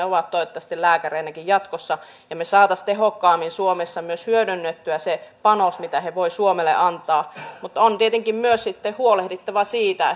ovat toivottavasti lääkäreinäkin jatkossa ja me saisimme tehokkaammin suomessa myös hyödynnettyä sen panoksen mitä he voivat suomelle antaa mutta on tietenkin myös sitten huolehdittava siitä